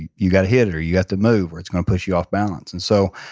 you you got to hit it or you have to move or it's going to push you off balance and so,